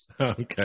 Okay